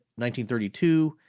1932